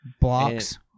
Blocks